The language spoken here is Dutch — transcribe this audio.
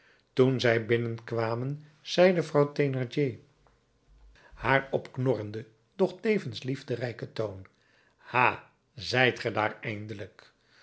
toen zij binnenkwamen zeide vrouw thénardier haar op knorrenden doch tevens liefderijken toon ha zijt ge daar eindelijk